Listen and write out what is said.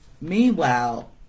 Meanwhile